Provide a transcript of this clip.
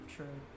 True